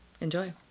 Enjoy